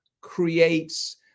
creates